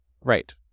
Right